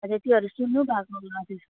हजुर त्योहरू सुन्नु भएको होला हजुर